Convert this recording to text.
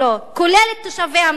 כולל את תושבי המדינה,